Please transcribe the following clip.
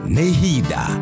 Nehida